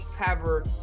cover